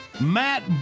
Matt